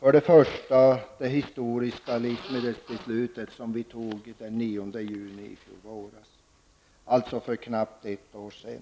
Det är för det första det historiska livsmedelsbeslutet som vi fattade den 9 juni i fjol våras, alltså för knappt ett år sedan.